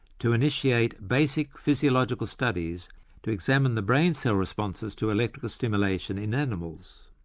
to initiate basic physiological studies to examine the brain cell responses to electrical stimulation in animals.